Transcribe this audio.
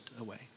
away